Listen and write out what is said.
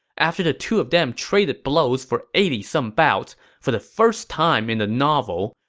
after the two of them traded blows for eighty some bouts, for the first time in the novel,